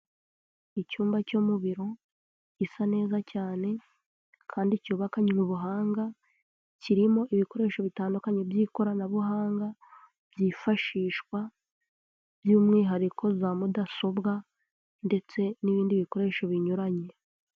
Icyumba cyo mu biro, gisa neza cyane kandi cyubakanywe ubuhanga, kirimo ibikoresho bitandukanye by'ikoranabuhanga byifashishwa by'umwihariko za mudasobwa ndetse n'ibindi bikoresho binyuranye.